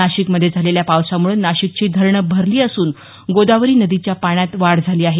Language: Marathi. नाशिकमध्ये झालेल्या पावसाम्ळं नाशिकची धरणं भरली असून गोदावरी नदीच्या पाण्यात वाढ झाली आहे